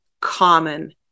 common